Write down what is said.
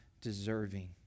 deserving